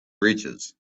breeches